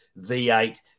V8